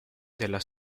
della